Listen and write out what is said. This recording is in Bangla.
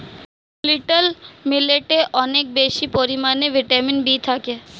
লিট্ল মিলেটে অনেক বেশি পরিমাণে ভিটামিন বি থাকে